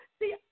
See